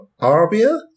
Arbia